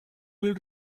will